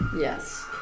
Yes